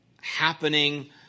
happening